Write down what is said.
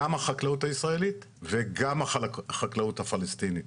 גם לחקלאות הישראלית וגם החקלאות הפלסטינית.